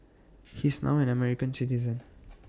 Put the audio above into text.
he is now an American citizen